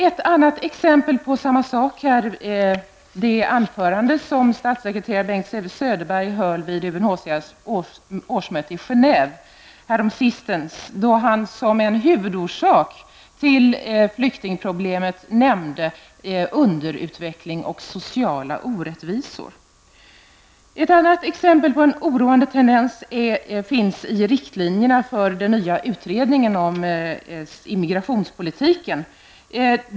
Ett ytterligare exempel är det anförande som statssekreteraren Bengt Söderberg höll vid UNHCRs årsmöte i Genève häromsistens. Som en huvudorsak till flyktingproblemet nämnde han underutveckling och sociala orättvisor. Ytterligare ett exempel på oroande tendenser finns i riktlinjerna för den nya utredningen om immigrationspolitiken.